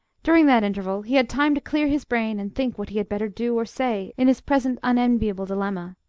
during that interval he had time to clear his brain and think what he had better do or say in his present unenviable dilemma.